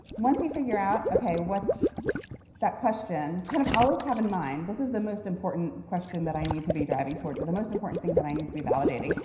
once you figure out, ok, what's that question kind of always have in mind, this is the most important question that i need to be driving the the most important thing that i need to be validating.